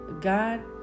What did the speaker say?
God